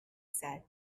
said